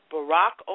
Barack